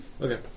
Okay